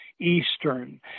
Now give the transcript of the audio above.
Eastern